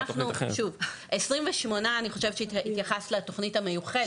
שוב, 28 אני חושבת שהתייחסת לתוכנית המיוחדת?